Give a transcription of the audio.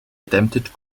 attempted